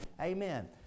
Amen